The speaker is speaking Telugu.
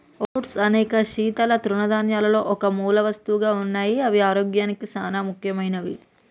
ఓట్స్ అనేక శీతల తృణధాన్యాలలో ఒక మూలవస్తువుగా ఉన్నాయి అవి ఆరోగ్యానికి సానా ముఖ్యమైనవి